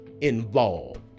involved